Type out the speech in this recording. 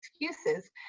excuses